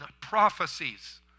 prophecies